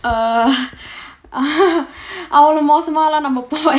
அவ்ளோ மோசமாவா நம்ம பா:avlo mosamaava namma pa